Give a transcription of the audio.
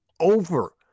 over